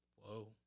Whoa